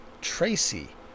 Tracy